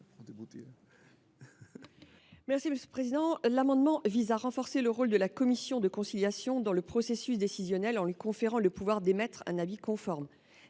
Belrhiti. Cet amendement vise à renforcer le rôle de la commission de conciliation dans le processus décisionnel en lui conférant le pouvoir d’émettre un avis conforme